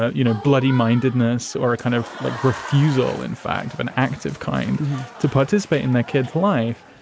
ah you know, bloody mindedness or a kind of like refusal, in fact, of an active kind to participate in their kid's life.